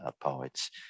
poets